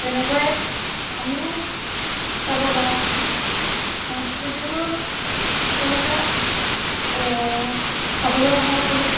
তেনেকৈ আমিও চাব যাওঁ সংস্কৃতিবোৰ আচলতে চাবলৈ আহে আৰু